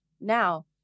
now